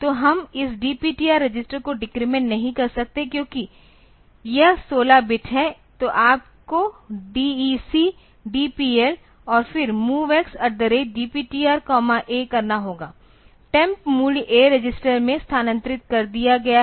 तो हम इस DPTR रजिस्टर को डेक्रेमेंट नहीं कर सकते क्योंकि यह 16 बिट है तो आपको DEC DPL और फिर MOVX DPTRA करना होगा temp मूल्य A रजिस्टर में स्थानांतरित कर दिया गया है